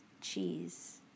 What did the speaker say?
cheese